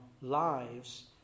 Lives